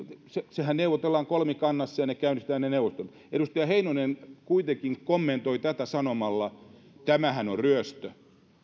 sehän neuvotellaan kolmikannassa ja ne käynnistetään ne neuvottelut edustaja heinonen kuitenkin kommentoi tätä sanomalla että tämähän on ryöstö että